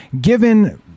given